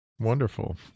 Wonderful